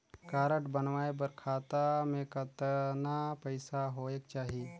Card बनवाय बर खाता मे कतना पईसा होएक चाही?